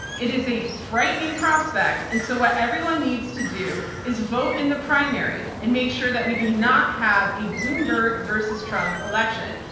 it is a frightening prospect and so what everyone needs to do is vote in the primary and make sure that we do not have a bloomberg versus trump election.